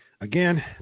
again